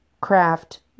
craft